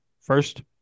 first